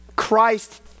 Christ